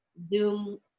Zoom